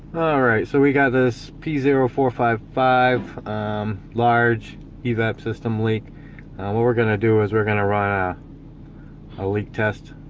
alright, so we got this p zero four five five large evap, system leak what we're gonna. do is we're gonna run ah a leak test